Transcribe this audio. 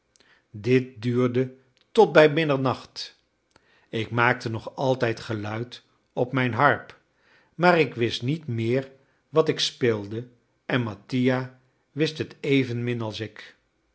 dit duurde tot bij middernacht ik maakte nog altijd geluid op mijn harp maar ik wist niet meer wat ik speelde en mattia wist het evenmin als ik